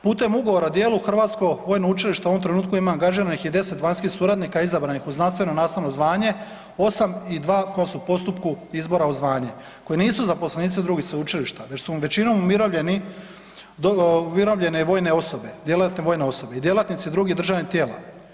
Putem ugovor o djelu, Hrvatsko vojno učilište u ovom trenutku ima angažiranih 10 vanjskih suradnika izabranih u znanstveno-nastavno zvanje, 8 i 2 koja su postupku izbora u zvanje, koji nisu zaposlenici drugih sveučilišta već su većinom umirovljene vojne osobe, djelatne vojne osobe i djelatnici drugih državnih tijela.